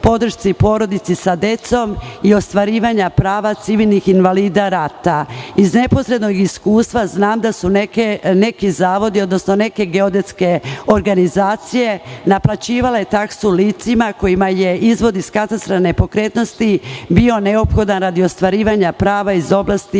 podršci porodici sa decom i ostvarivanja prava civilnih invalida rata. Iz neposrednog iskustva znam da su neki zavodi, odnosno neke geodetske organizacije naplaćivale taksu licima kojima je izvod iz katastra nepokretnosti bio neophodan radi ostvarivanja prava iz oblasti